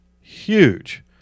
Huge